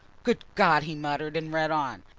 good god! he muttered and read on.